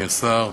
אדוני השר,